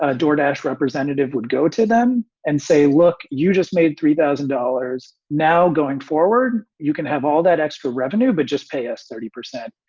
ah door dash representative would go to them and say, look, you just made three thousand dollars. now, going forward, you can have all that extra revenue, but just pay us thirty percent.